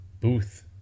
booth